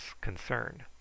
concern